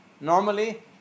normally